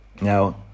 Now